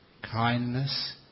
kindness